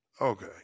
Okay